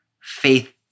faith